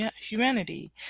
humanity